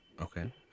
okay